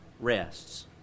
rests